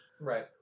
Right